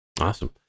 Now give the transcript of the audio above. Awesome